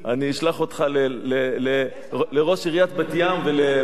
אני אשלח אותך לראש עיריית בת-ים ולמנהל